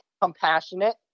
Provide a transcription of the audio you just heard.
compassionate